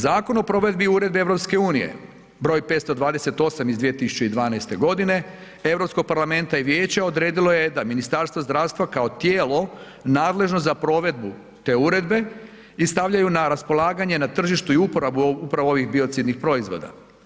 Zakon o provedbi Uredbe EU broj 528 iz 2012. godine Europskog parlamenta i vijeća odredilo je da Ministarstvo zdravstva kao tijelo nadležno za provedbu te uredbe i stavljaju na raspolaganje na tržištu i uporabu upravo ovih biocidnih proizvoda.